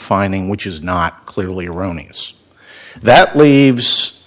finding which is not clearly erroneous that leaves